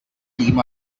team